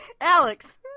alex